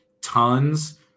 tons